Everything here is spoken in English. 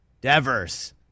Devers